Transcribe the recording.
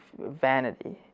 vanity